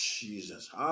Jesus